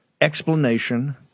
explanation